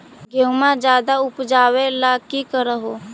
गेहुमा ज्यादा उपजाबे ला की कर हो?